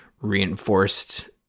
reinforced